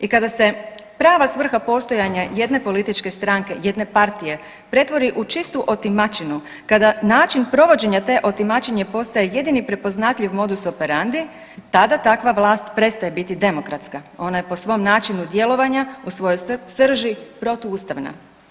I kada se prava svrha postojanja jedne političke stranke, jedne partije pretvori u čistu otimačinu kada način provođenja te otimačine postaje jedini prepoznatljiv modus operandi, tada takva vlast prestaje biti demokratska, ona je po svom načinu djelovanja u svoj srži protuustavna.